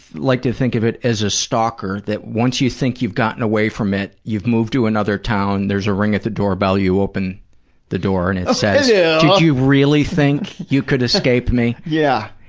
like to think of it as a stalker that, once you think you've gotten away from it, you've moved to another town, there's a ring at the doorbell, you open the door, and it says, did yeah you really think you could escape me? yeah